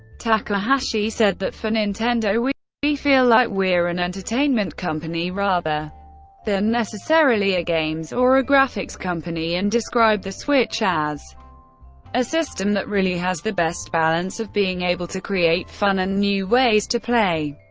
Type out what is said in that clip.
takahashi said that for nintendo, we feel like we're an entertainment company rather than necessarily a games or a graphics company, and described the switch as a system that really has the best balance of being able to create fun and new ways to play,